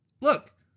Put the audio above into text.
look